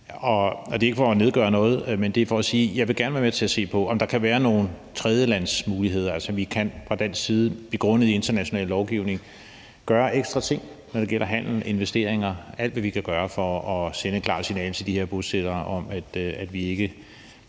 Det er ikke for at nedgøre noget, men det er for at sige, at jeg gerne vil være med til at se på, om der kan være nogle tredjelandsmuligheder, så vi fra dansk side begrundet i international lovgivning kan gøre ekstra ting, når det gælder handel og investeringer – alt, hvad vi kan gøre – for at sende et klart signal til de her bosættere om, at vi ikke